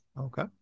okay